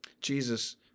Jesus